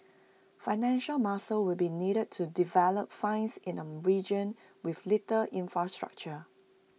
financial muscle will be needed to develop finds in A region with little infrastructure